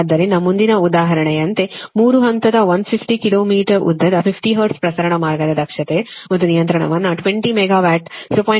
ಆದ್ದರಿಂದ ಮುಂದಿನ ಉದಾಹರಣೆಯಂತೆ 3 ಹಂತದ 150 ಕಿಲೋ ಮೀಟರ್ ಉದ್ದದ 50 ಹರ್ಟ್ಜ್ ಪ್ರಸರಣ ಮಾರ್ಗದ ದಕ್ಷತೆ ಮತ್ತು ನಿಯಂತ್ರಣವನ್ನು 20 ಮೆಗಾವ್ಯಾಟ್ ಅನ್ನು 0